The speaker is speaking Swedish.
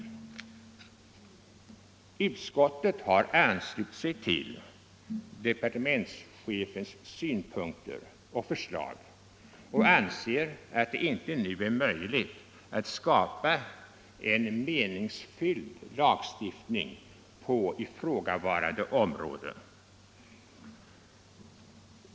Utskottet har anslutit sig till departementschefens synpunkter och förslag, och anser att det inte nu är möjligt att skapa en meningsfylld lagstiftning på ifrågavarande områden.